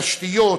תשתיות,